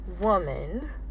woman